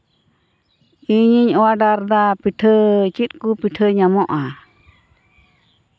ᱤᱧᱤᱧ ᱚᱰᱟᱨ ᱮᱫᱟ ᱯᱤᱴᱷᱟᱹ ᱪᱮᱫ ᱠᱚ ᱯᱤᱴᱷᱟᱹ ᱧᱟᱢᱚᱜᱼᱟ